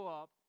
up